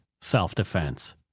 self-defense